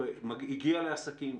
הגיע לעסקים,